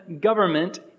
government